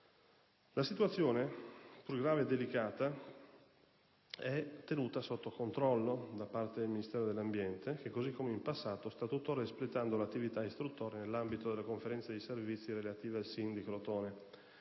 La situazione, pur grave e delicata, è tenuta sotto controllo da parte del Ministero dell'ambiente che, così come in passato, sta tuttora espletando l'attività istruttoria nell'ambito delle Conferenze di servizi relative al SIN di Crotone.